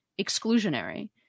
exclusionary